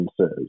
says